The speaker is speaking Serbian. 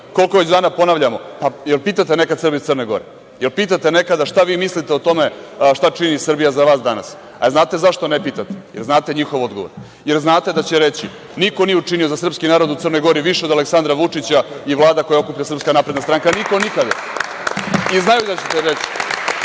koliko već dana ponavljamo, da li pitate nekada Srbe iz Crne Gore – šta vi mislite o tome šta čini Srbija za vas danas? Da li znate zašto ne pitate? Jer znate njihov odgovor. Znate da će reći – niko nije učinio za srpski narod u Crnoj Gori više od Aleksandra Vučića i Vlada koju okuplja Srpska napredna stranka, niko nikada. I znate dobro da će reći